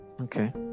Okay